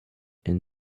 and